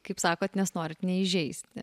kaip sakot nes norit neįžeisti